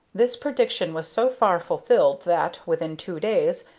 this prediction was so far fulfilled that, within two days,